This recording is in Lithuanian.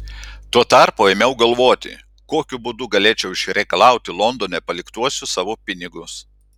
tuo tarpu ėmiau galvoti kokiu būdu galėčiau išreikalauti londone paliktuosius savo pinigus